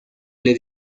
les